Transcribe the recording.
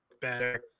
better